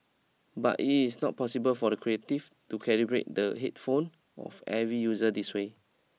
but it is not possible for Creative to calibrate the headphone of every user this way